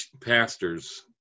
pastors